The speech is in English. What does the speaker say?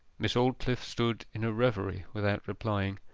miss aldclyffe stood in a reverie, without replying.